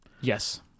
Yes